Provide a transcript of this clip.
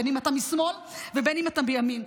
בין שאתה משמאל ובין שאתה מימין.